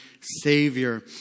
Savior